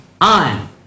on